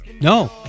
No